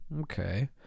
Okay